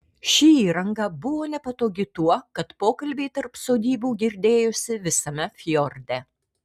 ši įranga buvo nepatogi tuo kad pokalbiai tarp sodybų girdėjosi visame fjorde